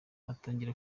atangira